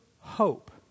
hope